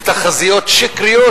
ובתחזיות שקריות,